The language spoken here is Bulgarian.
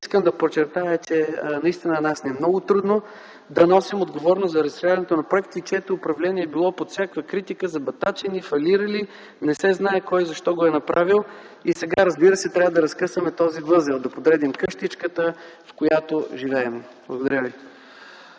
Искам да подчертая, че наистина на нас ни е много трудно да носим отговорност за изпълнението на проекти, чието управление е било под всякаква критика, забатачени, фалирали, не се знае кой защо го е направил и сега, разбира се, трябва да разкъсаме този възел, да подредим къщичката, в която живеем. Благодаря.